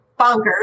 Bonkers